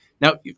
Now